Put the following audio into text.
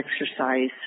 exercise